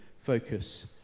focus